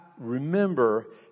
remember